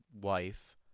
wife